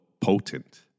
potent